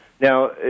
Now